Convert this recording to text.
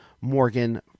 Morgan